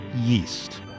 yeast